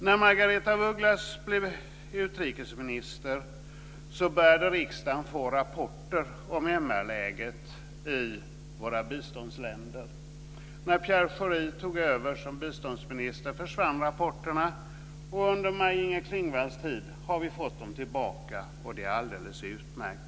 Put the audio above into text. När Margareta af Ugglas blev utrikesminister började riksdagen få rapporter om MR-läget i våra biståndsländer. När Pierre Schori tog över som biståndsminister försvann rapporterna. Under Maj Inger Klingvalls tid har vi fått dem tillbaka, och det är alldeles utmärkt.